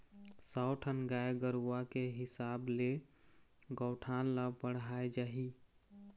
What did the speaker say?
सौ ठन गाय गरूवा के हिसाब ले गौठान ल बड़हाय जाही